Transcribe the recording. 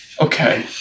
Okay